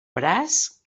braç